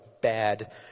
bad